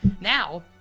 Now